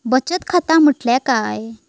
बचत खाता म्हटल्या काय?